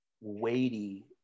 weighty